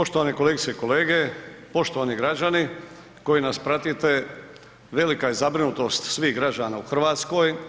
Poštovane kolegice i kolege, poštovani građani koji nas pratite, velika je zabrinutost svih građana u RH.